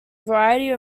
variety